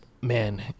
man